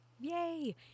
Yay